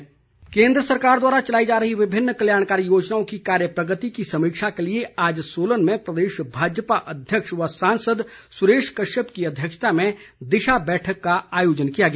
सुरेश कश्यप केंद्र सरकार द्वारा चलाई जा रही विभिन्न कल्याणकारी योजनाओं की कार्य प्रगति की समीक्षा के लिए आज सोलन में प्रदेश भाजपा अध्यक्ष व सांसद सुरेश कश्यप की अध्यक्षता में दिशा बैठक का आयोजन किया गया